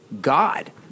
God